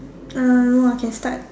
uh !wah! can start